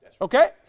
okay